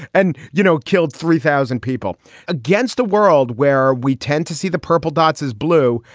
and, you know, killed three thousand people against the world where we tend to see the purple dots as blue.